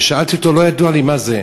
ושאלתי אותו, לא היה ידוע לי מה זה.